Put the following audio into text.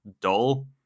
dull